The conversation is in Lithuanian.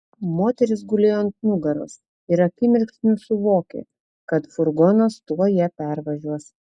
moteris gulėjo ant nugaros ir akimirksniu suvokė kad furgonas tuoj ją pervažiuos